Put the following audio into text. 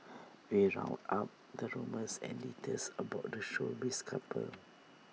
we round up the rumours and details about the showbiz couple